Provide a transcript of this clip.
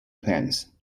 plans